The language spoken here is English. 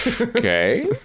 Okay